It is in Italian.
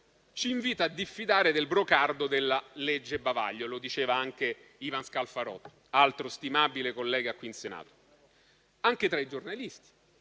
ci invita a diffidare del brocardo della legge bavaglio. Lo diceva anche Ivan Scalfarotto, altro stimabile collega qui in Senato, e tra i giornalisti